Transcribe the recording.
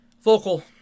vocal